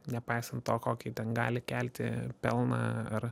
nepaisant to kokį ten gali kelti pelną ar